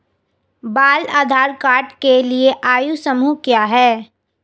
बाल आधार कार्ड के लिए आयु समूह क्या है?